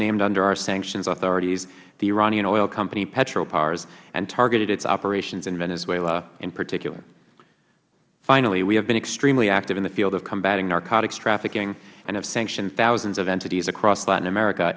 named under our sanctions authorities the iranian oil company petrobas and targeted its operations in venezuela in particular finally we have been extremely active in the field of combating narcotics trafficking and have sanctioned thousands of entities across latin america